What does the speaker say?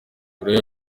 koreya